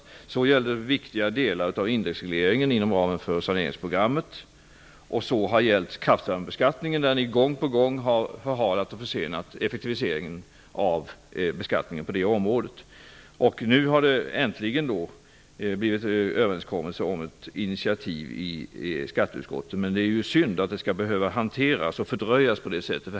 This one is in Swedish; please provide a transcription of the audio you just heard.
Detsamma gällde viktiga delar av indexregleringen inom ramen för saneringsprogrammet, och det gällde även beträffande kraftvärmebeskattningen, vars effektivisering ni gång på gång har förhalat och försenat. Nu har det äntligen träffats en överenskommelse om ett initiativ i skatteutskottet, men det är synd att det skall behöva fördröjas på detta sätt.